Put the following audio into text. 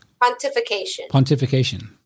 Pontification